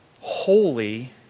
holy